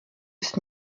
ist